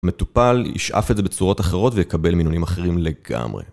המטופל, ישאף את זה בצורות אחרות ויקבל מינונים אחרים לגמרי.